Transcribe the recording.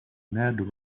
ned